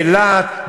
באילת,